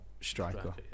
striker